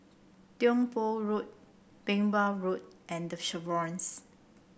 Tiong Poh Road Merbau Road and The Chevrons